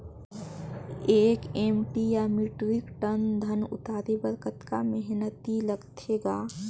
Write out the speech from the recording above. एक एम.टी या metric ton धन उतारे बर कतका मेहनती लगथे ग?